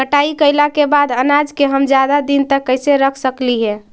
कटाई कैला के बाद अनाज के हम ज्यादा दिन तक कैसे रख सकली हे?